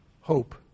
hope